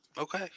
Okay